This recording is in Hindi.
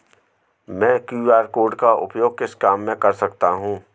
मैं क्यू.आर कोड का उपयोग किस काम में कर सकता हूं?